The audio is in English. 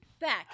back